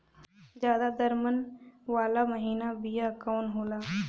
ज्यादा दर मन वाला महीन बिया कवन होला?